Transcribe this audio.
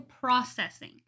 processing